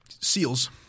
Seals